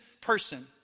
person